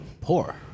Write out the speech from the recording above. poor